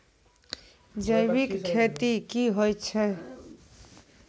जैविक खेती की होय छै?